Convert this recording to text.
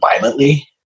violently